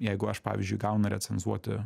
jeigu aš pavyzdžiui gaunu recenzuoti